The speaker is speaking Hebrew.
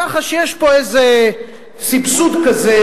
ככה שיש פה איזה סבסוד כזה,